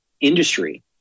industry